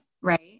right